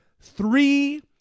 three